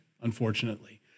unfortunately